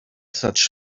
such